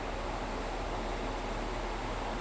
I think அஞ்சோ ஆறோ:anjo aaro season போய் இருக்கும்:poi irukum